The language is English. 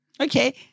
Okay